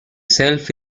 self